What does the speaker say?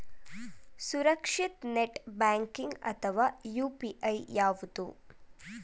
ಸುರಕ್ಷಿತ net banking ಅಥವಾ UPI ಯಾವುದು?